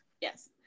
Yes